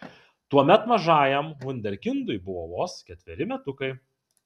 tuomet mažajam vunderkindui buvo vos ketveri metukai